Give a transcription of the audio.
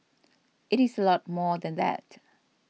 it is a lot more than that